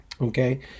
Okay